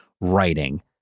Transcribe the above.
writing